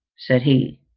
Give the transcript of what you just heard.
said he